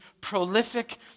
prolific